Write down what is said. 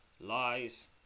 lies